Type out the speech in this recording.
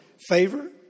favor